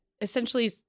essentially